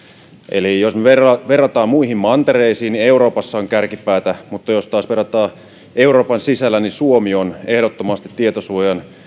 eli jos me vertaamme muihin mantereisiin niin euroopassa on kärkipäätä mutta jos taas verrataan euroopan sisällä niin suomi on ehdottomasti tietosuojan